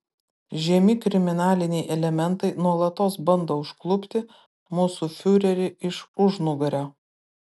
žemi kriminaliniai elementai nuolatos bando užklupti mūsų fiurerį iš užnugario